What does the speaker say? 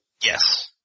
Yes